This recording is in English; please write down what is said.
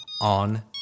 on